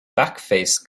backface